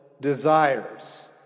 desires